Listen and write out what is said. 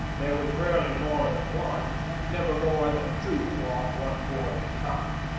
there was rarely more than one, and never more than two off one port at a time.